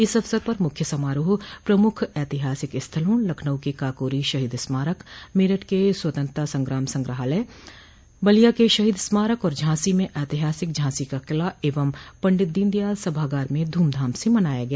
इस अवसर पर मुख्य समारोह प्रमुख ऐतिहासिक स्थलों लखनऊ के काकोरी शहीद स्मारक मेरठ के स्वतंत्रता संग्राम संग्रहालय बलिया के शहीद स्मारक और झांसी में ऐतिहासिक झांसी का किला एवं पंडित दीनदयाल सभागार में धूमधाम से मनाया गया